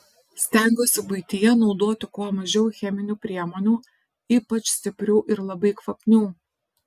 stengiuosi buityje naudoti kuo mažiau cheminių priemonių ypač stiprių ir labai kvapnių